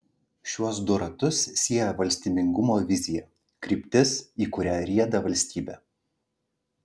šiuos du ratus sieja valstybingumo vizija kryptis į kurią rieda valstybė